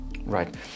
Right